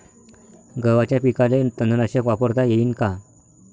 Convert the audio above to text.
गव्हाच्या पिकाले तननाशक वापरता येईन का?